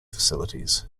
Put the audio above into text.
facilities